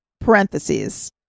parentheses